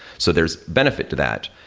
so there's benefit to that.